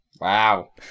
Wow